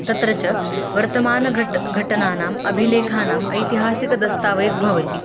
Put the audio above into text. तत्र च वर्तमानघटना घटनानाम् अभिलेखानाम् ऐतिहासिक दस्तावेज़् भवति